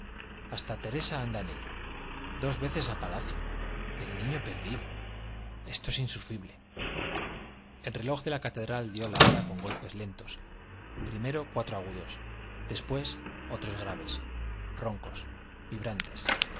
hasta teresa anda en ello dos veces a palacio el niño perdido esto es insufrible el reloj de la catedral dio la hora con golpes lentos primero cuatro agudos después otros graves roncos vibrantes